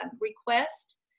request